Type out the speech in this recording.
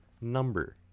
number